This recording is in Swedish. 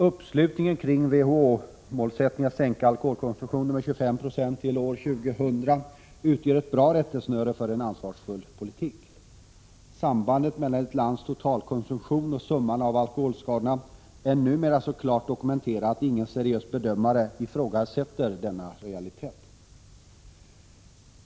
Uppslutningen kring WHO-målsättningen, att sänka alkoholkonsumtionen med 25 9 till år 2000, utgör ett bra rättesnöre för en ansvarsfull politik. Sambandet mellan ett lands totalkonsumtion och summan av alkoholskadorna är numera så klart dokumenterade att ingen seriös bedömare ifrågasätter denna realitet.